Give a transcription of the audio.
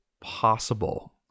possible